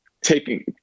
taking